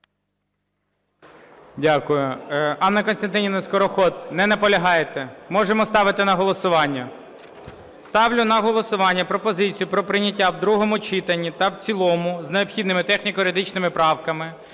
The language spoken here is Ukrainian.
Дякую. Анна Костянтинівна Скороход. Не наполягаєте. Можемо ставити на голосування. Ставлю на голосування пропозицію про прийняття в другому читанні та в цілому з необхідними техніко-юридичними правками